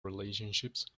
relationships